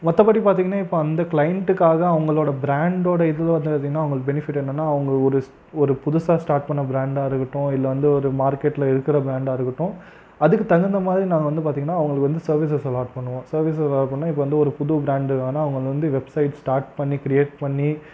மற்றபடி பார்த்தீங்கன்னா இப்போ அந்த க்ளைண்ட்டுக்காக அவர்களோட ப்ராண்ட்டோடய இது வந்து பார்த்தீங்கனா உங்களுக்கு பெனிஃபிட் என்னென்னால் அவர்களுக்கு ஒரு ஒரு புதுசாக ஸ்டார்ட் பண்ண ப்ராண்ட்டாயிருக்கட்டும் இல்லை வந்து ஒரு மார்க்கெட்டில் இருக்கிற ப்ராண்ட்டாயிருக்கட்டும் அதுக்கு தகுந்த மாதிரி நாங்கள் வந்து பார்த்தீங்கன்னா அவர்களுக்கு வந்து சர்வீசஸ் அலாட் பண்ணுவோம் சர்வீஸ்ஸை அலாட் பண்ணால் இப்போ வந்து ஒரு புது ப்ராண்ட்டு ஆனால் அவங்கள் வந்து வெப்சைட்ஸ் ஸ்டார்ட் பண்ணி க்ரியேட் பண்ணி